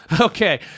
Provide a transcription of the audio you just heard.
Okay